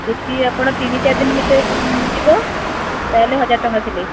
ଯେତିକି ଆପଣ ତିନି ଚାରି ଦିନି ଭିତରେ ଯିବ ତା'ହେଲେ ହଜାର ଟଙ୍କା ସିଲେଇ